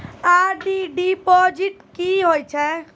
RD deposit की होय छै?